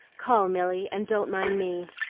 call, milly, and don't mind me,